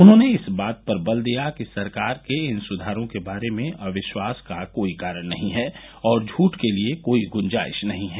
उन्होंने इस बात पर बल दिया कि सरकार के इन सुधारों के बारे में अविश्वास का कोई कारण नहीं है और झूठ के लिए कोई गुंजाइश नहीं है